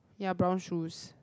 ya brown shoes